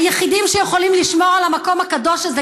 היחידים שיכולים לשמור על המקום הקדוש הזה,